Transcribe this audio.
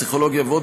פסיכולוגיה ועוד,